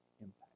impact